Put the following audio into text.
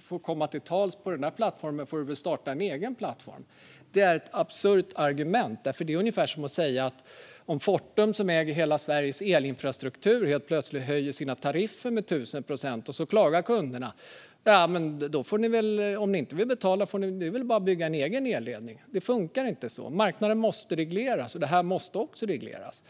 får komma till tals på den där plattformen får du väl starta en egen plattform! Men det är ju ett absurt argument. Det är ungefär som om Fortum, som äger hela Sveriges elinfrastruktur, helt plötsligt skulle höja sina tariffer med 1 000 procent, och man sedan skulle säga till kunder som klagar: Om ni inte vill betala är det bara att bygga en egen elledning! Det funkar inte så. Marknaden måste regleras, och detta måste också regleras.